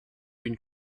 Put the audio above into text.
une